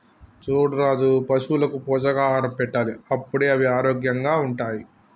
చూడు రాజు పశువులకు పోషకాహారం పెట్టాలి అప్పుడే అవి ఆరోగ్యంగా ఉంటాయి